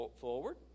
forward